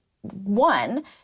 one